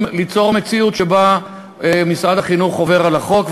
ליצור מציאות שבה משרד החינוך עובר על החוק,